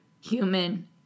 human